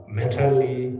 mentally